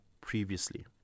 previously